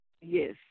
yes